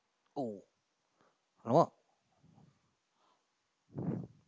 oh !alamak!